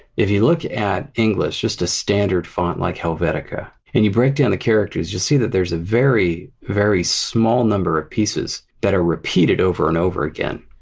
if you look at english, just a standard font like helvetica, and you break down the characters, you see that there's a very very small number of pieces that are repeated over and over again.